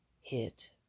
hit